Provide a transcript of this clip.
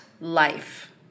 life